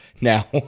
Now